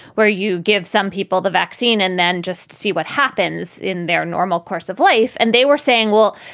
where you give some people the vaccine and then just see what happens in their normal course of life. and they were saying, well,